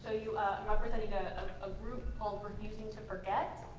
ah you, i'm representing a group called refusing to forget,